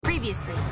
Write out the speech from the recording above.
Previously